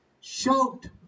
Shout